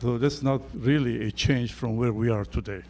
so this is not really a change from where we are today